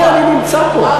הנה אני נמצא פה.